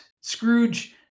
Scrooge